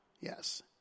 Yes